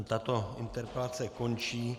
Tato interpelace končí.